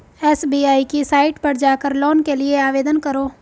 SBI की site पर जाकर लोन के लिए आवेदन करो